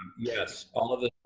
yes. all